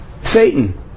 Satan